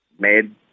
made